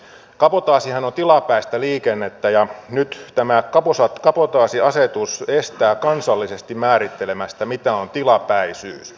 kabotaasihan on tilapäistä liikennettä ja nyt tämä kabotaasiasetus estää kansallisesti määrittelemästä mitä on tilapäisyys